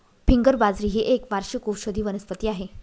finger बाजरी ही एक वार्षिक औषधी वनस्पती आहे